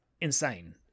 insane